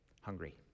hungry